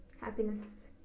Happiness